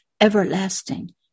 everlasting